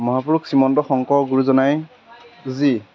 মহাপুৰুষ শ্ৰীমন্ত শংকৰ গুৰুজনাই যি